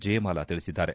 ಜಯಮಾಲ ತಿಳಿಸಿದ್ದಾರೆ